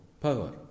power